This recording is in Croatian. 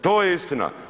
To je istina.